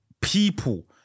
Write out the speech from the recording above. people